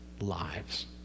lives